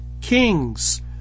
kings